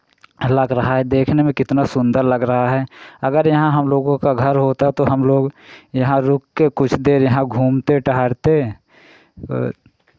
लग रहा है देखने में कितना सुन्दर लग रहा है अगर यहाँ हम लोगों का घर होता तो हम लोग यहाँ रुक के कुछ देर यहाँ घूमते टहलते वो